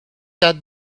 that